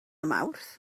mawrth